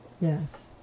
Yes